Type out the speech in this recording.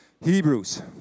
Hebrews